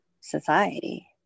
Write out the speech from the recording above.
society